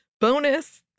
bonus